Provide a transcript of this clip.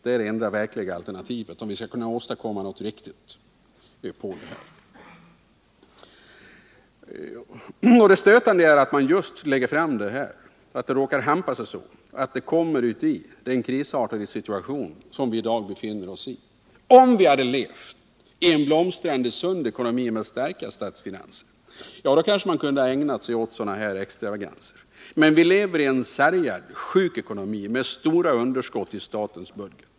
De är det enda verkliga alternativet, om vi skall kunna åstadkomma något viktigt och epokgörande. Det stötande är att det råkar hampa sig så att förslaget läggs fram just när vi befinner oss i den krisartade situation som i dag råder. Om vi hade levat i en blomstrande, sund ekonomi med starka statsfinanser, då kunde man kanske ha ägnat sig åt sådana här extravaganser. Men nu lever vi i en sargad, sjuk ekonomi med stora underskott i statens budget.